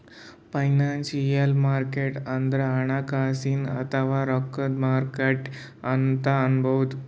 financial market ಅಂದ್ರ ಹಣಕಾಸಿನ್ ಅಥವಾ ರೊಕ್ಕದ್ ಮಾರುಕಟ್ಟೆ ಅಂತ್ ಅನ್ಬಹುದ್